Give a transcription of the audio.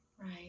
Right